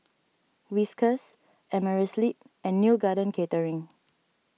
Whiskas Amerisleep and Neo Garden Catering